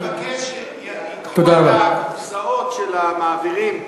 אני מבקש שייקחו את הקופסאות של המעבירים בניו-יורק,